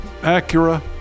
Acura